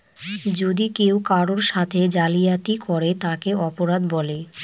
যদি কেউ কারোর সাথে জালিয়াতি করে তাকে অপরাধ বলে